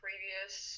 previous